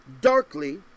darkly